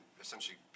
essentially